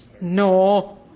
no